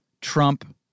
Trump